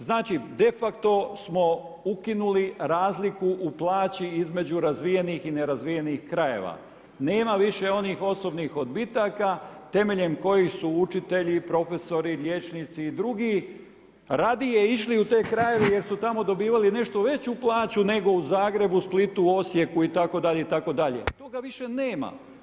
Znači de facto smo ukinuli razliku u plaći između razvijenih i nerazvijenih krajeva, nema više onih osobnih odbitaka temeljem kojih su učitelji, profesori, liječnici i drugi radije išli u te krajeve jer su tamo dobivali nešto veću plaću nego u Zagrebu, Splitu, Osijeku itd. toga više nema.